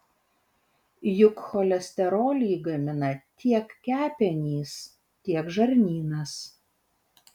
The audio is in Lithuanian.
juk cholesterolį gamina tiek kepenys tiek žarnynas